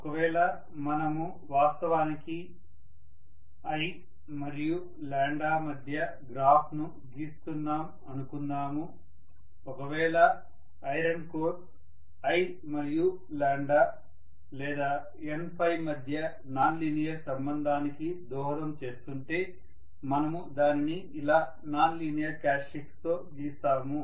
ఒకవేళ మనము వాస్తవానికి i మరియు మధ్య గ్రాఫ్ ను గీస్తున్నాం అనుకుందాము ఒకవేళ ఐరన్ కోర్ i మరియు లేదా N మధ్య నాన్ లీనియర్ సంబంధానికి దోహదం చేస్తుంటే మనము దానిని ఇలా నాన్ లీనియర్ క్యారెక్టర్స్టిక్స్ తో గీస్తాము